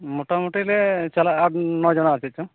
ᱢᱚᱴᱟ ᱢᱩᱴᱤ ᱞᱮ ᱪᱟᱞᱟᱜᱟ ᱟᱴ ᱱᱚ ᱡᱚᱱᱟ ᱟᱨ ᱪᱮᱫ ᱪᱚᱝ